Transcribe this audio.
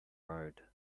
road